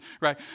right